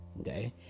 okay